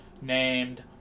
named